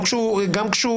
גם כשהוא